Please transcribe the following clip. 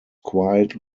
quiet